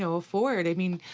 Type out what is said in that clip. so afford. i mean,